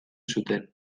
zuten